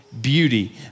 beauty